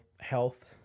health